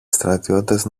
στρατιώτες